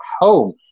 home